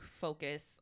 focus